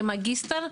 למגיסטר,